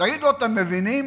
תגידו, אתם מבינים?